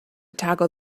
toggle